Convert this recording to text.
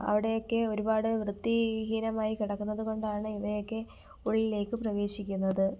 അവിടെയൊക്കെ ഒരുപാട് വൃത്തീഹീനമായി കിടക്കുന്നതുകൊണ്ടാണ് ഇവയൊക്കെ ഉള്ളിലേക്ക് പ്രവേശിക്കുന്നത്